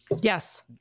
Yes